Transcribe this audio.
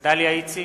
דליה איציק,